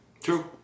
True